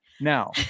Now